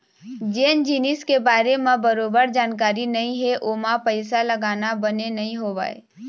जेन जिनिस के बारे म बरोबर जानकारी नइ हे ओमा पइसा लगाना बने नइ होवय